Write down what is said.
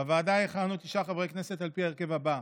בוועדה יכהנו תשעה חברי כנסת על פי ההרכב הבא: